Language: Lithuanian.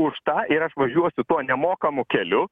už tą ir aš važiuosiu tuo nemokamu keliu